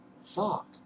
Fuck